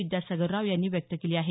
विद्यासागर राव यांनी व्यक्त केली आहे